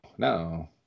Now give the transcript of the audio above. No